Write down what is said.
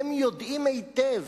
הם יודעים היטב